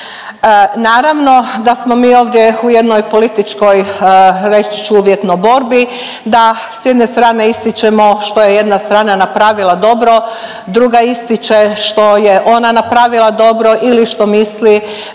Naravno da smo mi ovdje u jednoj političkoj, reći ću uvjetno borbi da s jedne strane ističemo što je jedna strana napravila dobro, druga ističe što je ona napravila dobro ili što misli